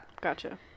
Gotcha